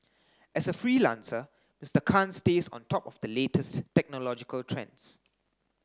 as a freelancer Mister Khan stays on top of the latest technological trends